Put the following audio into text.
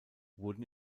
wurden